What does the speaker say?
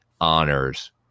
honors